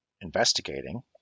investigating